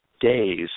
days